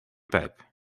pijp